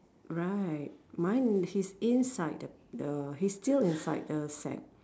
right mine he's inside the the he's still inside the sack